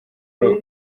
paul